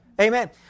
Amen